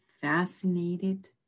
fascinated